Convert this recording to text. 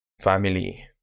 family